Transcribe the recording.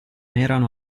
erano